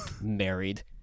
married